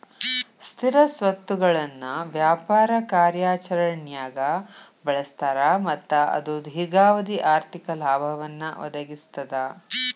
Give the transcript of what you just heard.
ಸ್ಥಿರ ಸ್ವತ್ತುಗಳನ್ನ ವ್ಯಾಪಾರ ಕಾರ್ಯಾಚರಣ್ಯಾಗ್ ಬಳಸ್ತಾರ ಮತ್ತ ಅದು ದೇರ್ಘಾವಧಿ ಆರ್ಥಿಕ ಲಾಭವನ್ನ ಒದಗಿಸ್ತದ